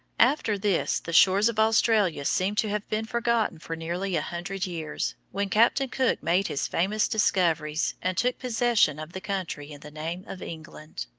after this the shores of australia seem to have been forgotten for nearly a hundred years, when captain cook made his famous discoveries and took possession of the country in the name of england.